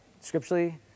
scripturally